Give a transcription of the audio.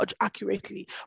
accurately